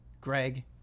Greg